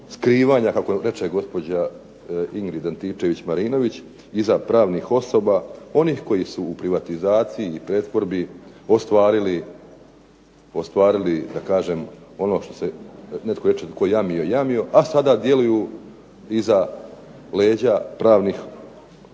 skrivanja, kako reče gospođa Ingrid Antičević-Marinovič, iza pravnih osoba, onih koji su u privatizaciji i pretvorbi ostvarili ono što se, netko reče tko jamio jamio, a sada djeluju iza leđa pravnih osoba